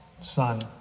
Son